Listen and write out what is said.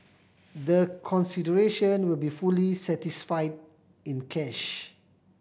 the consideration will be fully satisfied in cash